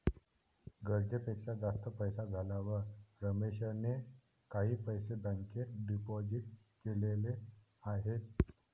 गरजेपेक्षा जास्त पैसे झाल्यावर रमेशने काही पैसे बँकेत डिपोजित केलेले आहेत